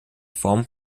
form